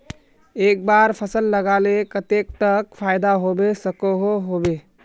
एक बार फसल लगाले कतेक तक फायदा होबे सकोहो होबे?